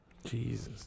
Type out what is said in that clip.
Jesus